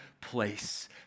place